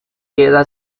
queda